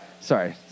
Sorry